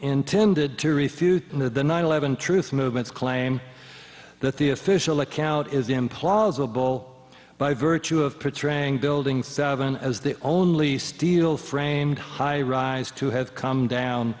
intended to refute the nine eleven truth movement to claim that the official account is implausible by virtue of pre trained building seven as the only steel framed high rise to have come down